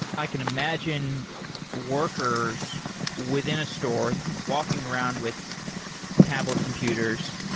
i can imagine workers within a store walking around with tablet computers.